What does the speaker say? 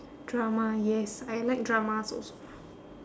drama yes I like dramas also